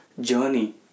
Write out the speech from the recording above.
journey